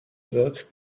work